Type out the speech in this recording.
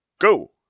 go